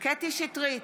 קטי קטרין שטרית,